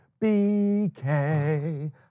BK